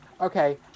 Okay